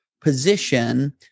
position